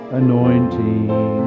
anointing